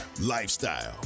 lifestyle